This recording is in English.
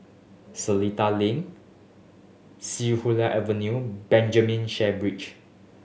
Seletar Link See Hula Avenue and Benjamin Sheare Bridge